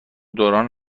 دوران